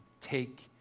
Take